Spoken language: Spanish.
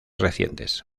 recientes